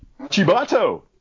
Chibato